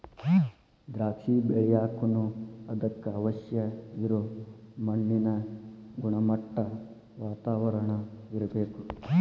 ದ್ರಾಕ್ಷಿ ಬೆಳಿಯಾಕನು ಅದಕ್ಕ ಅವಶ್ಯ ಇರು ಮಣ್ಣಿನ ಗುಣಮಟ್ಟಾ, ವಾತಾವರಣಾ ಇರ್ಬೇಕ